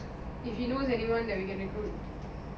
even if let's say they get like five secondary school kids